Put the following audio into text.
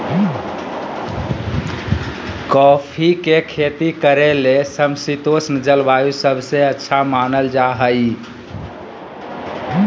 coffee के खेती करे ले समशितोष्ण जलवायु सबसे अच्छा मानल जा हई